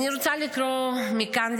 אני רוצה לקרוא מכאן לשרים,